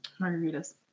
Margaritas